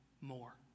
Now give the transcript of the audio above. more